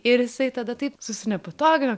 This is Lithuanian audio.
ir jisai tada taip susinepatogino